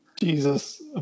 Jesus